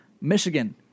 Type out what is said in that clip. Michigan